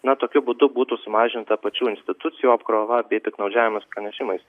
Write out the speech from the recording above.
na tokiu būdu būtų sumažinta pačių institucijų apkrova bei piktnaudžiavimas pranešimais